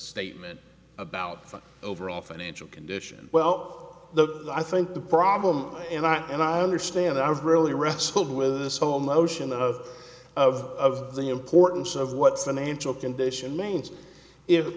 statement about the overall financial condition well i think the problem and i and i understand i've really wrestled with this whole notion of of the importance of what's financial condition means if